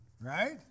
Right